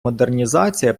модернізація